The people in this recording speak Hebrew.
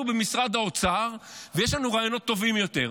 במשרד האוצר ויש לנו רעיונות טובים יותר.